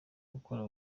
gukora